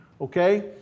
Okay